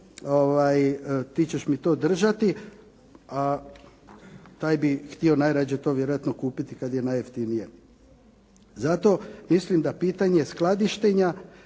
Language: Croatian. ti ćeš mi tu držati a taj bi htio najradije to vjerojatno kupiti kada je najjeftinije. Zato mislim da pitanje skladištenja